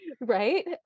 Right